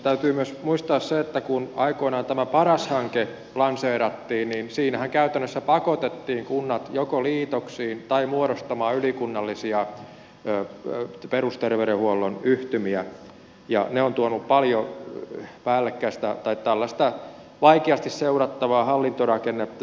täytyy myös muistaa se että kun aikoinaan tämä paras hanke lanseerattiin niin siinähän käytännössä pakotettiin kunnat joko liitoksiin tai muodostamaan ylikunnallisia perusterveydenhuollon yhtymiä ja ne ovat tuoneet paljon päällekkäistä tällaista vaikeasti seurattavaa hallintorakennetta